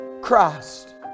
christ